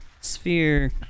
Sphere